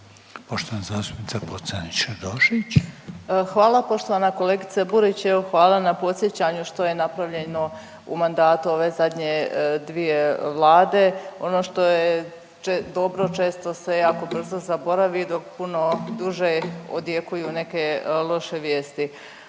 **Pocrnić-Radošević, Anita (HDZ)** Hvala. Poštovana kolegice Burić, evo hvala na podsjećanju što je napravljeno ove zadnje dvije vlade. Ono što je dobro često se jako brzo zaboravi dok puno duže odjekuju neke loše vijesti.